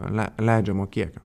le leidžiamo kiekio